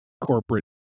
corporate